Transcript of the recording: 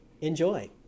Enjoy